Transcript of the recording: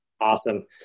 Awesome